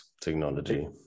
technology